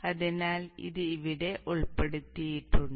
അതിനാൽ ഇത് ഇവിടെ ഉൾപ്പെടുത്തിയിട്ടുണ്ട്